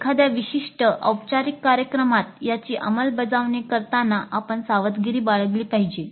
एखाद्या विशिष्ट औपचारिक कार्यक्रमात याची अंमलबजावणी करताना आपण सावधगिरी बाळगली पाहिजे